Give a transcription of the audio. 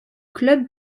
club